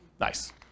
Nice